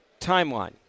timeline